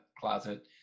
closet